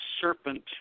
serpent